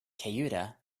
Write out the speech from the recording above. ceuta